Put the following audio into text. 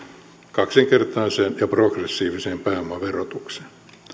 kaksinkertaiseen ja progressiiviseen pääomaverotukseen